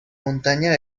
muntanya